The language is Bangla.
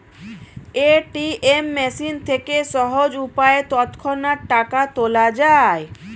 এ.টি.এম মেশিন থেকে সহজ উপায়ে তৎক্ষণাৎ টাকা তোলা যায়